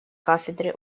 кафедры